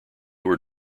were